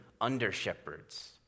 under-shepherds